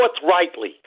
forthrightly